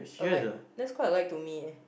alike that's quite alike to me eh